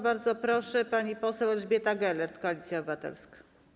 Bardzo proszę, pani poseł Elżbieta Gelert, Koalicja Obywatelska.